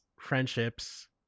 friendships